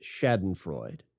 schadenfreude